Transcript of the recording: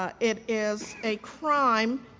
ah it is a crime,